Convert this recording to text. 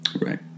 Right